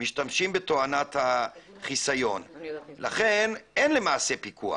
אתם משתמשים בתואנת החיסיון, לכן אין למעשה פיקוח.